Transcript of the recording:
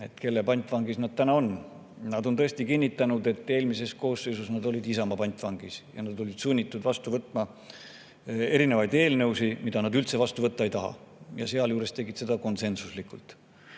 kelle pantvangis nad täna on. Nad on tõesti kinnitanud, et eelmises koosseisus olid nad Isamaa pantvangis ja nad olid sunnitud vastu võtma eelnõusid, mida nad üldse vastu võtta ei tahtnud. Sealjuures tegid nad seda konsensuslikult.